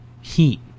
heat